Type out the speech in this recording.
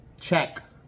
check